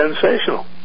sensational